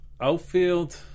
Outfield